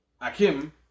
Akim